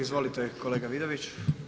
Izvolite kolega Vidović.